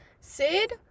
Sid